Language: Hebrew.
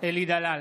אלי דלל,